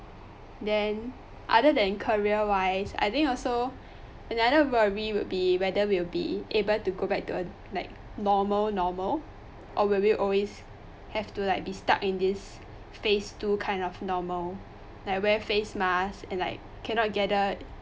then other than career wise I think also another worry would be whether we will be able to go back to a like normal normal or will we always have to like be stuck in this phase two kind of normal like wear face mask and like cannot gather